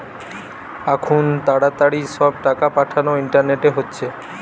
আখুন তাড়াতাড়ি সব টাকা পাঠানা ইন্টারনেটে হচ্ছে